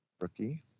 rookie